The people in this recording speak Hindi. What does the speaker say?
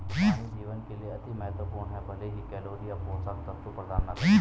पानी जीवन के लिए अति महत्वपूर्ण है भले ही कैलोरी या पोषक तत्व प्रदान न करे